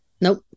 Nope